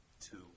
two